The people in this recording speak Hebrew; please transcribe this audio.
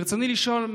ברצוני לשאול,